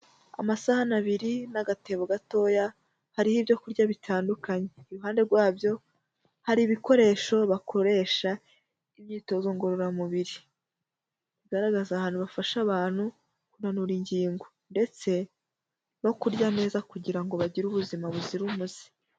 Amasahani abiri n'agatebo gatoya, hariho ibyo kurya bitandukanye, iruhande rwabyo hari ibikoresho bakoresha imyitozo ngororamubiri, bigaragaza ahantu bafasha abantu kunanura ingingo ndetse no kurya neza kugirango bagire ubuzima buzira umuze.